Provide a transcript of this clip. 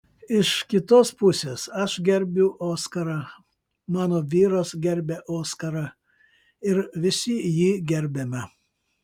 iš kitos pusės aš gerbiu oskarą mano vyras gerbia oskarą ir visi jį gerbiame